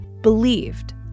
Believed